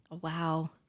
Wow